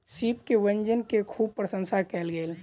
सीप के व्यंजन के खूब प्रसंशा कयल गेल